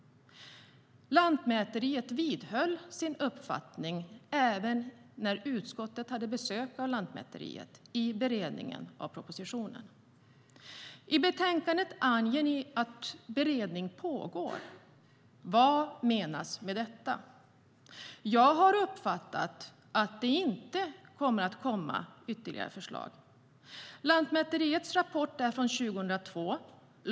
Lantmäteriet vidhöll sin uppfattning även när utskottet hade besök av Lantmäteriet i beredningen av propositionen. I betänkandet anger ni nu att beredning pågår. Vad menas med detta? Jag har uppfattat att det inte kommer att komma ytterligare förslag. Lantmäteriets rapport är från år 2002.